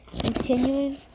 continuing